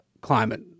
climate